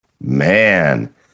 man